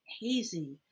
hazy